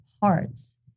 parts